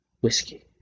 Whiskey